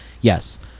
yes